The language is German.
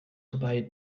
vorbei